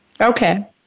Okay